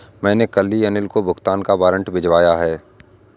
मैंने कल ही अनिल को भुगतान का वारंट भिजवाया है